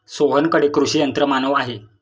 सोहनकडे कृषी यंत्रमानव आहे